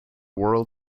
world